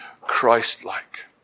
Christ-like